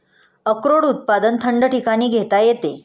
अक्रोड उत्पादन थंड ठिकाणी घेता येते